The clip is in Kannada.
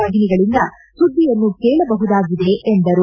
ವಾಹಿನಿಗಳಿಂದ ಸುದ್ದಿಯನ್ನು ಕೇಳಬಹುದಾಗಿದೆ ಎಂದರು